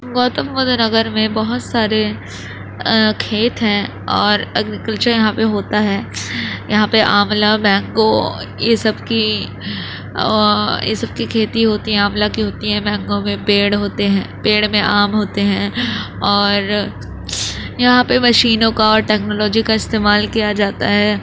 گوتم بدھ نگر میں بہت سارے کھیت ہیں اور اگریکلچر یہاں پہ ہوتا ہے یہاں پہ آملہ مینگو یہ سب کی یہ سب کی کھیتی ہوتی ہے آملہ کی ہوتی ہے مینگو میں پیڑ ہوتے ہیں پیڑ میں آم ہوتے ہیں اور یہاں پہ مشینوں کا اور ٹیکنالوجی کا استعمال کیا جاتا ہے